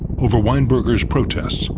over weinberger's protests,